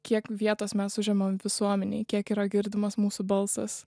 kiek vietos mes užimam visuomenėj kiek yra girdimas mūsų balsas